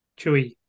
Chewie